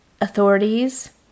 authorities